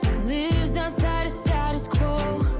lives outside of status quo